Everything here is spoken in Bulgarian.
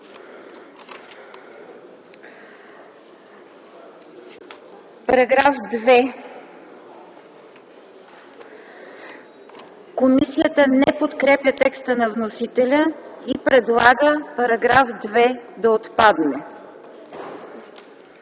Параграф 2. Комисията не подкрепя теста на вносителя и предлага § 2 да отпадне.